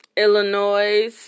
Illinois